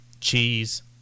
cheese